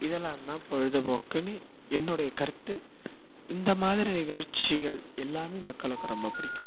இதெல்லாம் தான் பொழுதுபோக்குன்னு என்னுடைய கருத்து இந்த மாதிரி நிகழ்ச்சிகள் எல்லாமே மக்களுக்கு ரொம்ப பிடிக்கும்